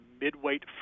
mid-weight